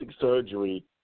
surgery